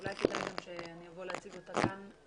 אולי כדאי שאני אבוא להציג אותה כאן.